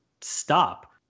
stop